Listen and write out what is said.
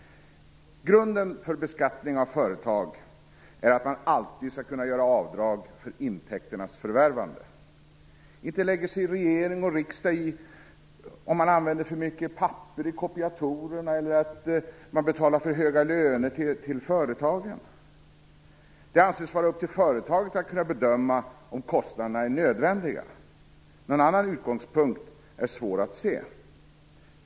Grunden för beskattning av företag är att man alltid skall kunna göra avdrag för intäkternas förvärvande. Inte lägger sig regering och riksdag i om man använder för mycket papper i kopiatorerna eller betalar för höga löner till personalen! Det avses vara upp till företaget att kunna bedöma om kostnaderna är nödvändiga. Någon annan utgångspunkt är svår att se.